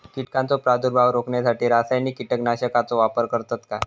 कीटकांचो प्रादुर्भाव रोखण्यासाठी रासायनिक कीटकनाशकाचो वापर करतत काय?